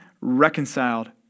reconciled